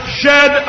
shed